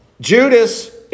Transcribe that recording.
Judas